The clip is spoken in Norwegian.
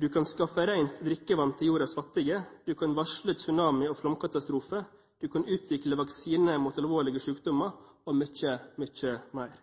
«Du kan skaffe rent drikkevann til jordas fattige, du kan varsle tsunami og flomkatastrofer, du kan utvikle vaksiner mot alvorlige sykdommer og mye, mye mer.»